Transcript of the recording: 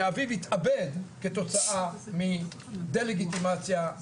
שאביו התאבד כתוצאה מדה-לגיטימציה,